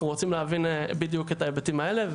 אנחנו רוצים להבין בדיוק את ההיבטים האלה,